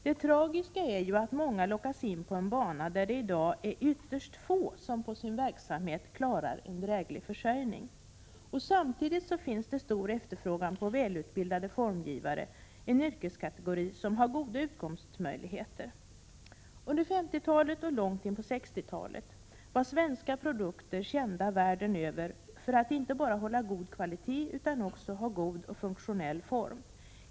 Det tragiska är ju att många lockas in på en bana där ytterst få i dag på sin verksamhet klarar en dräglig försörjning. Samtidigt finns stor efterfrågan på välutbildade formgivare, en yrkeskategori som har goda utkomstmöjligheter. Under 50-talet och långt in på 60-talet var svenska produkter kända världen över för att inte bara hålla god kvalitet utan också ha god och funktionell form.